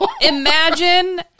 Imagine